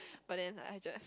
but then I just